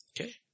okay